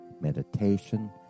meditation